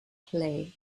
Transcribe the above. play